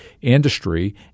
industry